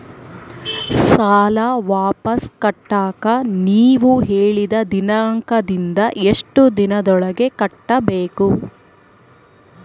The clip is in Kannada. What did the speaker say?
ಸಾಲ ವಾಪಸ್ ಕಟ್ಟಕ ನೇವು ಹೇಳಿದ ದಿನಾಂಕದಿಂದ ಎಷ್ಟು ದಿನದೊಳಗ ಕಟ್ಟಬೇಕು?